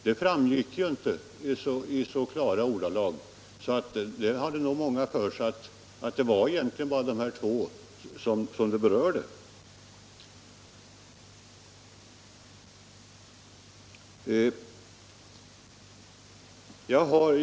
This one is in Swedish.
Det framgick inte i särskilt klara ordalag, utan många hade nog för sig att egentligen bara de här två bolagen var berörda.